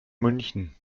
münchen